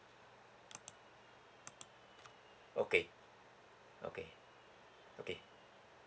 okay okay okay